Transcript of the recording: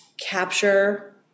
capture